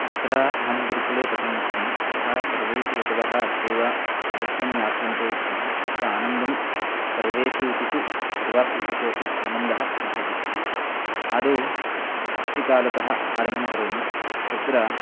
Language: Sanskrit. अत्र अहं गुरुकुले पठन्नस्मि अतः सर्वेऽपि ऋतवः अत्रैव आधिक्येन याप्यन्ते इत्यतः अत्र आनन्दं सर्वेषु ऋतुषु सर्वेषु ऋतुषु अपि आनन्दः लभ्यते आदौ वृष्टिकालतः आरम्भं करोमि तत्र